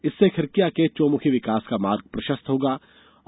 इससे खिरकिया के चौमुखी विकास का मार्ग प्रशस्त हो गया है